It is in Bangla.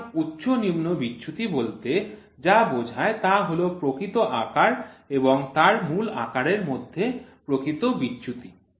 সুতরাং উচ্চ নিম্ন বিচ্যুতি বলতে যা বোঝায় তা হল প্রকৃত আকার এবং তার মূল আকারের মধ্যে প্রকৃত বিচ্যুতি